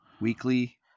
weekly